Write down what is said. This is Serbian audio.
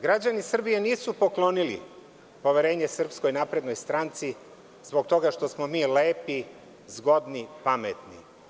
Građani Srbije nisu poklonili poverenje SNS zbog toga što smo mi lepi, zgodni, pametni.